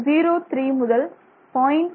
03 முதல் 0